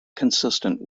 consistent